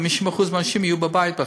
50% מהאנשים יהיו בבית בכלל.